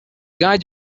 guide